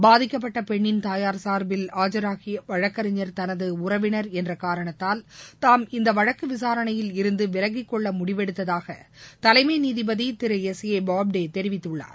பாதிக்கப்பட்ட பெண்ணின் தாயார் சார்பில் ஆஜராகிய வழக்கறிஞர் தனது உறவினர் என்ற காரணத்தால் தாம் இந்த வழக்கு விசாரணையில் இருந்து விலகிக் கொள்ள முடிவெடுத்ததாக தலைமை நீதிபதி திரு எஸ் ஏ போப்தே தெரிவித்துள்ளார்